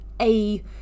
A-